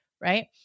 right